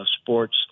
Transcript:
sports